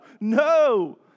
no